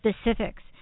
specifics